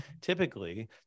typically